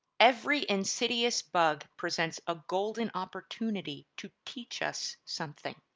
every insidious bug presents a golden opportunity to teach us something.